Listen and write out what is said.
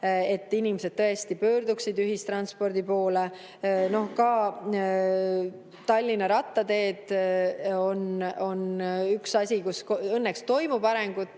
et inimesed tõesti pöörduksid ühistranspordi poole. Ka Tallinna rattateed on üks asi, kus õnneks toimub areng,